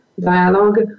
dialogue